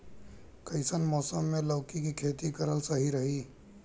कइसन मौसम मे लौकी के खेती करल सही रही?